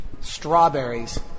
strawberries